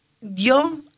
yo